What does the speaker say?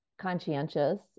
conscientious